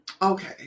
Okay